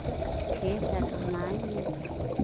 ठीक है तो हम आएँगे